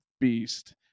beast